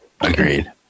Agreed